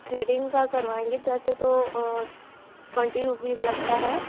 threading का करवाएंगे तो ऐसे तो ट्वेन्टी रुपीज़ लगता है